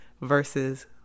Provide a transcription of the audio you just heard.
versus